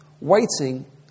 waiting